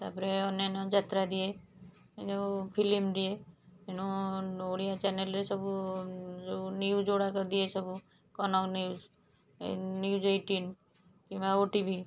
ତା'ପରେ ଅନ୍ୟାନ୍ୟ ଯାତ୍ରା ଦିଏ ଯେଉଁ ଫିଲ୍ମ ଦିଏ ତେଣୁ ଓଡ଼ିଆ ଚ୍ୟାନେଲରେ ସବୁ ଯେଉଁ ନ୍ୟୁଜ୍ ଗୁଡ଼ାକ ଦିଏ ସବୁ କନକ ନ୍ୟୁଜ୍ ନ୍ୟୁଜ୍ ଏଇଟିନ୍ କିମ୍ବା ଓ ଟି ଭି